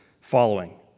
following